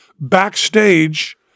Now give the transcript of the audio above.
backstage